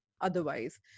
otherwise